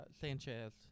Sanchez